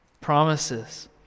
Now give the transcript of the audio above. promises